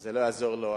אז לא יעזרו לו